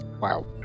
Wow